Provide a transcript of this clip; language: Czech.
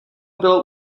bylo